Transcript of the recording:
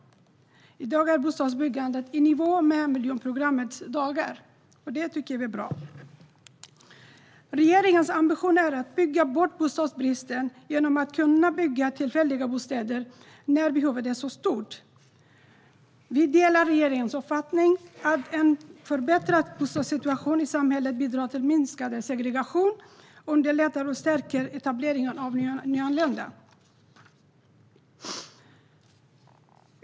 I dag är bostadsbyggandet i nivå med miljonprogrammets dagar, vilket är bra. Regeringens ambition är att bygga bort bostadsbristen genom att bygga tillfälliga bostäder när behovet är stort. Vi delar regeringens uppfattning att en förbättrad bostadssituation i samhället bidrar till minskad segregation samt underlättar och stärker etableringen av nyanlända.